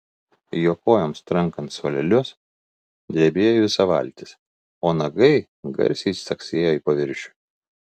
jo kojoms trankant suolelius drebėjo visa valtis o nagai garsiai caksėjo į paviršių